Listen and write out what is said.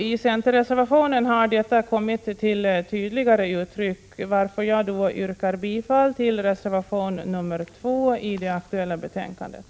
I centerreservationen har detta krav kommit till tydligare uttryck, varför jag yrkar bifall till reservation 2 i det aktuella betänkandet.